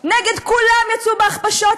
נגד כולם יצאו בהכפשות.